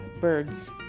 birds